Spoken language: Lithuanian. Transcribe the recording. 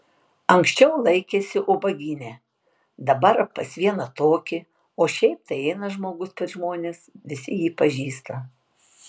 anksčiau laikėsi ubagyne dabar pas vieną tokį o šiaip tai eina žmogus per žmones visi jį pažįsta